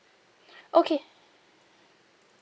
okay